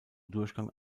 durchgang